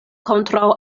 kontraŭ